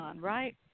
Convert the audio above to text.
right